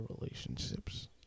relationships